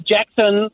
Jackson